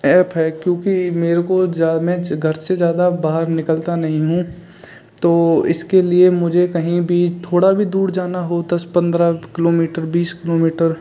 app है क्योंकि मेरे को जा मेच घर से ज़्यादा बाहर निकलता नहीं हूँ तो इसके लिए मुझे कहीं भी थोड़ा भी दूर जाना होता दस पन्द्र किलोमीटर बीस किलोमीटर